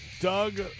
Doug